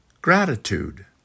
gratitude